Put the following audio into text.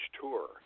tour